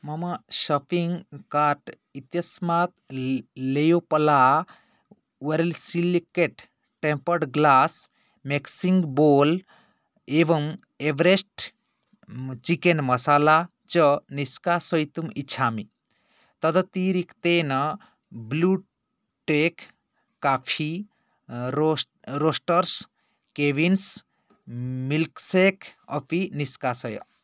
मम shopping cart इत्यस्मात् ले लेयोपला Warli silicate tempered glass mixing bowl एवं एवरेस्ट् चिकेन् मसाला च निष्कासयितुम् इच्छामि तदतिरिक्तेन ब्लू टेक् काफी रोस् रोस्टर्स् केविन्स् मिल्क्शेक् अपि निष्कासय